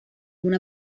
una